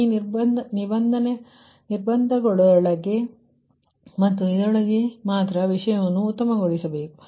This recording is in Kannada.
ಇದು ನಿರ್ಬಂಧದೊಳಗೆ ಇದೆ ಮತ್ತು ಇದರೊಳಗೆ ಮಾತ್ರ ವಿಷಯವನ್ನು ಉತ್ತಮಗೊಳಿಸಬೇಕು